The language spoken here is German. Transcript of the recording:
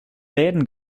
läden